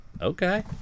Okay